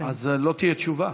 אז לא תהיה תשובה?